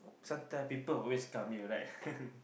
sometime people always come here right